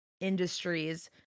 industries